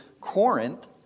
Corinth